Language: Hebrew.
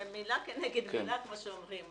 זה מילה כנגד מילה כמו שאומרים,